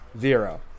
zero